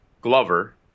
Glover